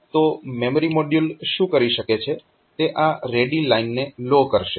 તો memory module શું કરી શકે છે તે આ રેડી લાઈનને લો કરશે